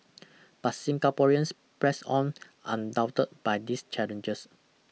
but Singaporeans pressed on undaunted by these challenges